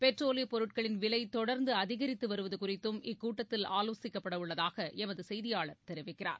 பெட்ரோலியப் பொருட்களின் விலை தொடர்ந்து அதிகரித்து வருவது குறித்தும் இக்கூட்டத்தில் ஆலோசிக்கப்படவுள்ளதாக எமது செய்தியாளர் தெரிவிக்கிறார்